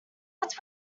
what